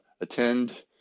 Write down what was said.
attend